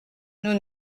nous